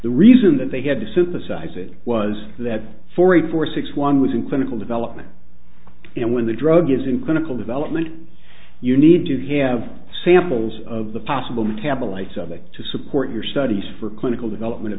the reason that they had to synthesize it was that for a four six one was in clinical development when the drug is in clinical development you need to have samples of the possible metabolites of it to support your studies for clinical development of